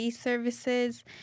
services